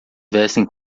vestem